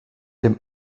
dem